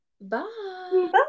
Bye